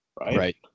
Right